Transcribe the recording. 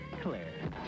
Claire